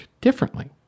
differently